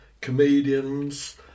comedians